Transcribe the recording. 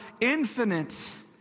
infinite